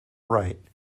write